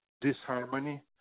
disharmony